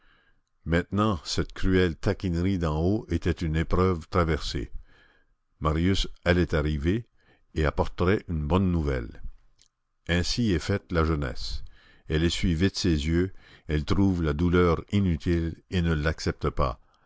maintenant cette cruelle taquinerie d'en haut était une épreuve traversée marius allait arriver et apporterait une bonne nouvelle ainsi est faite la jeunesse elle essuie vite ses yeux elle trouve la douleur inutile et ne l'accepte pas